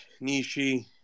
Nishi